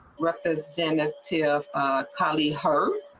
but but santa to cali her.